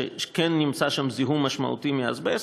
שכן נמצא בו זיהום משמעותי מאזבסט,